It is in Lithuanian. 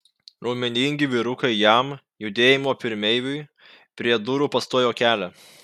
raumeningi vyrukai jam judėjimo pirmeiviui prie durų pastojo kelią